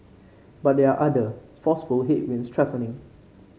but there are other forceful headwinds threatening